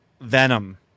Venom